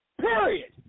period